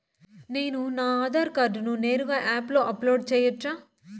నేను నా ఆధార్ కార్డును నేరుగా యాప్ లో అప్లోడ్ సేయొచ్చా?